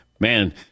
Man